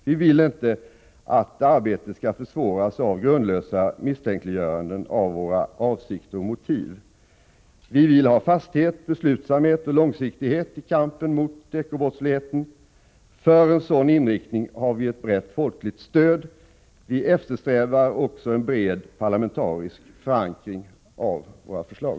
Vi vill inte heller att arbetet skall försvåras av misstänkliggöranden av våra avsikter och motiv — misstänkliggöranden som saknar grund. Vi vill ha fasthet, beslutsamhet och långsiktighet i kampen mot eko-brottsligheten. För en sådan inriktning har vi ett brett folkligt stöd. Vi eftersträvar också en bred parlamentarisk förankring av våra förslag.